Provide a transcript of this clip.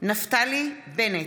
מתחייב אני נפתלי בנט,